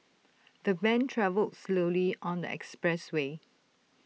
the van travelled slowly on the expressway